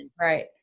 Right